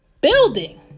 building